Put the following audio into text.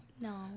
No